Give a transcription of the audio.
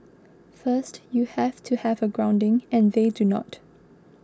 first you have to have a grounding and they do not